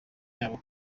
yabo